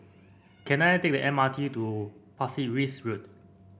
can I take the M R T to Pasir Ris Road